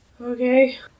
Okay